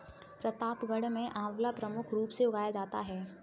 प्रतापगढ़ में आंवला प्रमुख रूप से उगाया जाता है